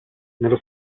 nello